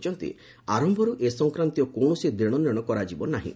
କହିଛନ୍ତି ଆରମ୍ଭର୍ତ ଏ ସଂକ୍ରାନ୍ତୀୟ କୌଣସି ଦେଣନେଶ କରାଯିବ ନାହିଁ